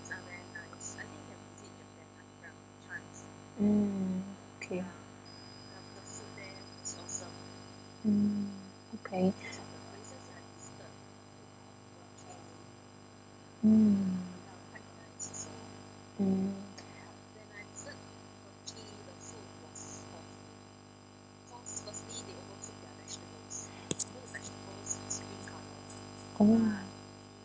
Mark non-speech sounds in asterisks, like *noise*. mm okay mm okay *breath* mm mm oh